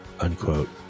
unquote